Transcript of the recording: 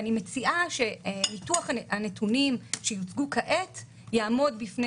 אני מציעה שניתוח הנתונים שיוצגו כעת יעמוד בפני